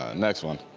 ah next one.